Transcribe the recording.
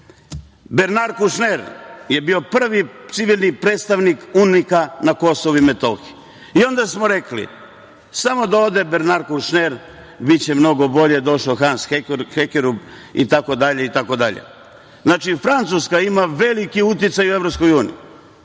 Bernar Kušner je bio prvi civilni predstavnik UNMIK-a na KiM. I onda smo rekli – samo da ode Bernar Kušner, biće mnogo bolje. Došao Hans Hekerup, itd, itd. Znači, Francuska ima veliki uticaj u Evropskoj uniji. Sve